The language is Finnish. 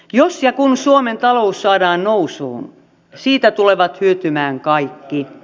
jos ja kun suomen talous saadaan nousuun siitä tulevat hyötymään kaikki